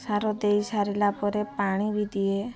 ସାର ଦେଇ ସାରିଲା ପରେ ପାଣି ବି ଦିଏ